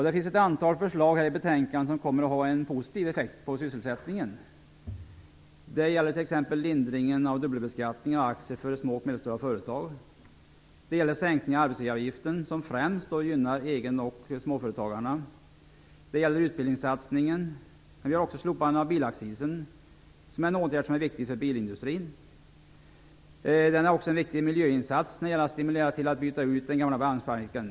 Det finns ett antal förslag i betänkandet som kommer att ha en positiv effekt på sysselsättningen. Det gäller t.ex. lindringen av dubbelbeskattningen av aktier för små och medelstora företag. Det gäller sänkningen av arbetsgivaravgiften, som främst gynnar egen och småföretagarna. Det gäller utbildningssatsningen. Men det gäller också slopandet av bilaccisen, som är en åtgärd som är viktig för bilindustrin. Det är också en viktig miljöinsats när det gäller att stimulera till att byta den gamla vagnparken.